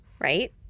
Right